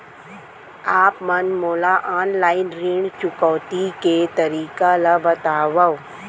आप मन मोला ऑनलाइन ऋण चुकौती के तरीका ल बतावव?